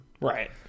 Right